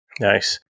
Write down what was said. Nice